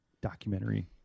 documentary